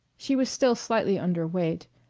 she was still slightly under weight,